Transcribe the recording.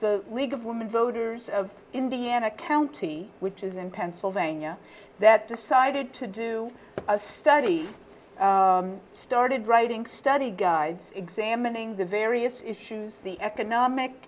the league of women voters of indiana county which is a pennsylvania that decided to do a study started writing study guides examining the various issues the economic